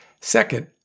Second